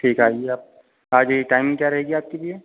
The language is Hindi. ठीक आइए आप आ जाइए टाइम क्या रहेगा आपका भैया